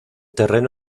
terreno